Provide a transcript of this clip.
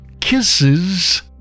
kisses